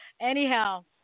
anyhow